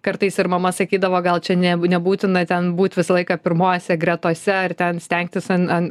kartais ir mama sakydavo gal čia ne nebūtina ten būt visą laiką pirmose gretose ar ten stengtis an an